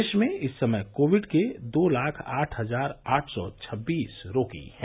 देश में इस समय कोविड के दो लाख आढ हजार आढ सौ छब्बीस रोगी हैं